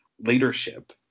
leadership